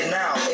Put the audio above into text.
now